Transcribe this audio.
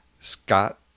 Scott